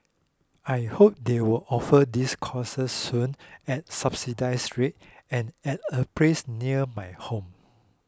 I hope they will offer these courses soon at subsidised rates and at a place near my home